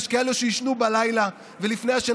יש כאלה שיישנו בלילה ולפני השינה